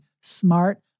smart